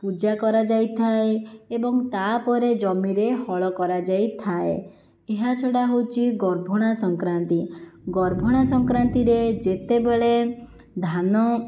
ପୂଜା କରାଯାଇଥାଏ ଏବଂ ତାପରେ ଜମିରେ ହଳ କରାଯାଇଥାଏ ଏହା ଛଡ଼ା ହେଉଛି ଗର୍ଭଣା ସଂକ୍ରାନ୍ତି ଗର୍ଭଣା ସଂକ୍ରାନ୍ତିରେ ଯେତେବେଳେ ଧାନ